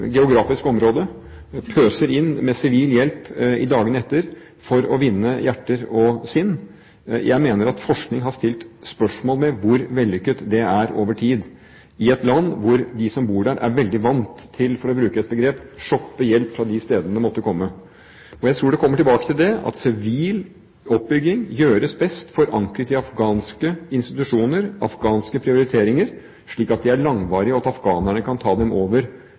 geografisk område pøser inn sivil hjelp i dagene etter for å vinne hjerter og sinn. Jeg mener at forskning har stilt spørsmål ved hvor vellykket det er over tid – i et land hvor de som bor der, er veldig vant til å «shoppe hjelp», for å bruke et begrep, fra de stedene det måtte komme. Jeg tror det kommer tilbake til det at sivil oppbygging gjøres best forankret i afghanske institusjoner og afghanske prioriteringer, slik at de blir langvarige, og at afghanerne kan overta dem